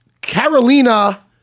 Carolina